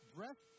Breath